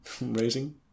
raising